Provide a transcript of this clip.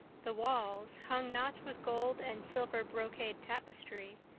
the walls, hung not with gold and silver brocade tapestry,